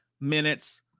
minutes